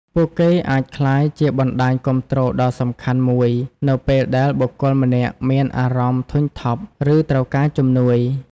ពួកគេអាចក្លាយជាបណ្តាញគាំទ្រដ៏សំខាន់មួយនៅពេលដែលបុគ្គលម្នាក់មានអារម្មណ៍ធុញថប់ ឬត្រូវការជំនួយ។